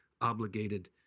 obligated